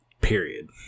Period